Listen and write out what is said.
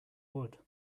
wood